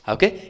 Okay